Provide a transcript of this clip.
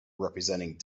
representing